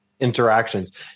Interactions